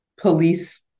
police